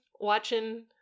watching